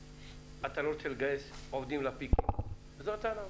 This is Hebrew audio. ואתה לא רוצה לגייס עובדים לפיקים, זאת הטענה.